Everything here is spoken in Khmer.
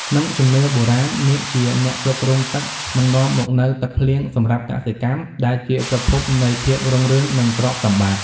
ក្នុងជំនឿបុរាណ នាគជាអ្នកគ្រប់គ្រងទឹក និងនាំមកនូវទឹកភ្លៀងសម្រាប់កសិកម្ម ដែលជាប្រភពនៃ ភាពរុងរឿង និង ទ្រព្យសម្បត្តិ។